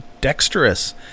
dexterous